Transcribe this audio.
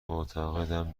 معتقدم